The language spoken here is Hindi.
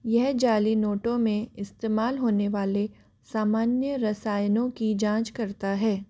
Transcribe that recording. यह जाली नोटों में इस्तेमाल होने वाले सामान्य रसायनो की जाँच करता है